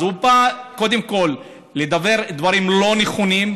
אז הוא בא קודם כול לדבר דברים לא נכונים,